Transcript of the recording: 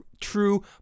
true